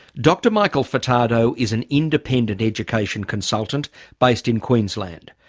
dr michael furtado is an independent education consultant based in queensland.